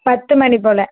பத்துமணி போல்